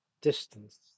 distance